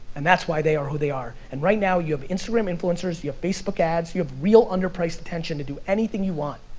and that's why they are who they are. and right now you have instagram influencers, you have facebook ads, you have real underpriced attention to do anything you want.